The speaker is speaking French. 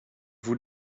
vous